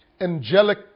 angelic